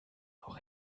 auch